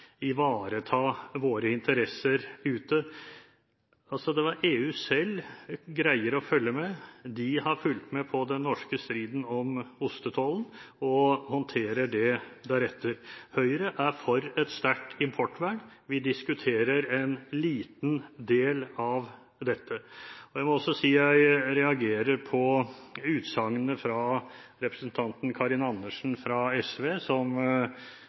ivareta våre interesser ute – at EU selv greier å følge med. EU har fulgt med på den norske striden om ostetollen og håndterer det deretter. Høyre er for et sterkt importvern. Vi diskuterer en liten del av dette. Jeg må også si jeg reagerer på utsagnet fra representanten Karin Andersen fra SV, som